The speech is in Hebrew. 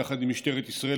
יחד עם משטרת ישראל,